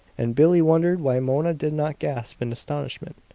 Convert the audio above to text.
and billie wondered why mona did not gasp in astonishment.